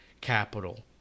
capital